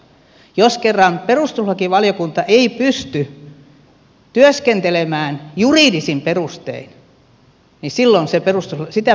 jos kerran perustuslakivaliokunta ei pysty työskentelemään juridisin perustein niin silloin sitä perustuslakivaliokuntaa ei tarvita